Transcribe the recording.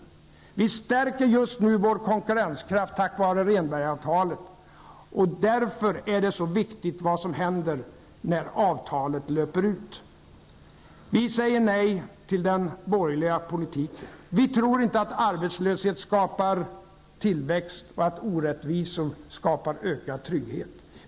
Sverige stärker just nu sin konkurrenskraft tack vare Rehnbergsavtalet, och därför är det så viktigt vad som händer när avtalet löper ut. Vi säger nej till den borgerliga politiken. Vi tror inte att arbetslöshet skapar tillväxt och att orättvisor skapar ökad trygghet.